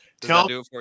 tell